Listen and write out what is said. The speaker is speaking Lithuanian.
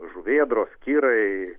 žuvėdros kirai